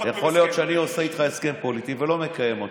יכול להיות שאני עושה איתך הסכם פוליטי ולא מקיים אותו,